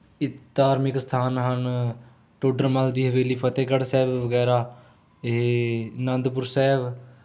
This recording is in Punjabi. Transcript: ਇਹ ਧਾਰਮਿਕ ਸਥਾਨ ਹਨ ਟੋਡਰ ਮੱਲ ਦੀ ਹਵੇਲੀ ਫਤਿਹਗੜ੍ਹ ਸਾਹਿਬ ਵਗੈਰਾ ਇਹ ਅਨੰਦਪੁਰ ਸਾਹਿਬ